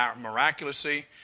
miraculously